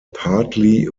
partly